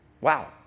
wow